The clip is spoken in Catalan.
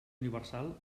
universal